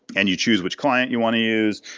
and you choose which client you want to use.